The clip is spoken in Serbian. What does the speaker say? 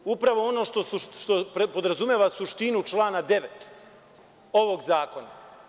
To nije upravo ono što podrazumeva suštinu člana 9. ovog zakona.